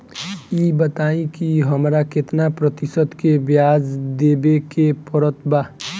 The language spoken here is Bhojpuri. ई बताई की हमरा केतना प्रतिशत के ब्याज देवे के पड़त बा?